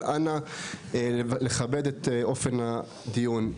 אבל אנא, לכבד את אופן הדיון.